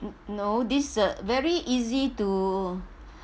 mm no this uh very easy to